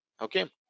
okay